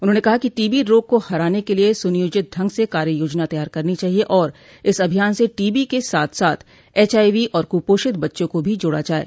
उन्होंने कहा कि टीबी रोग को हराने के लिये सुनियोजित ढंग से कार्य योजना तैयार करनी चाहिये और इस अभियान से टीबी के साथ साथ एचआईवी और कुपोषित बच्चों को भी जोड़ा जाये